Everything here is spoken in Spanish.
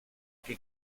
que